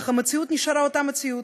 אך המציאות נשארה אותה מציאות: